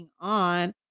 on